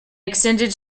extended